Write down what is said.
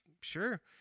Sure